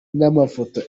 n’amafoto